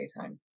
daytime